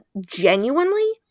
genuinely